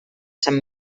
sant